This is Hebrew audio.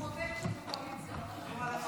חבר הכנסת דן אילוז, בבקשה.